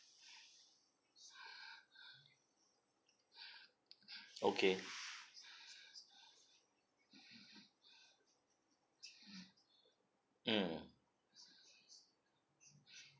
okay mm